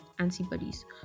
Antibodies